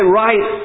right